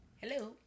Hello